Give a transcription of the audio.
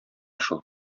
шул